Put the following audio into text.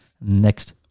next